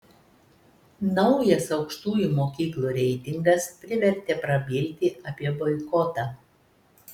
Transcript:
naujas aukštųjų mokyklų reitingas privertė prabilti apie boikotą